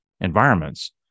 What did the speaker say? environments